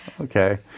Okay